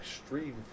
extreme